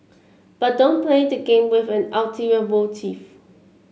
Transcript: but don't play the game with an ulterior motive